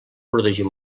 protegir